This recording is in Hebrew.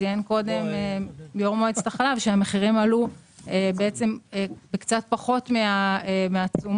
ציין קודם יו"ר מועצת החלב שהמחירים עלו בעצם בקצת פחות מהתשומות